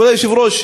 כבוד היושב-ראש,